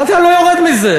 אמרתי: אני לא יורד מזה,